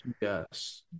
Yes